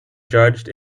judged